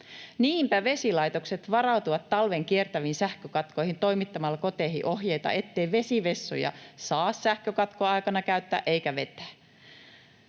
Niinpä vesilaitokset varautuvat talven kiertäviin sähkökatkoihin toimittamalla koteihin ohjeita, ettei vesivessoja saa sähkökatkon aikana käyttää eikä vetää.